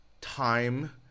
Time